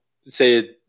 say